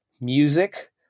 music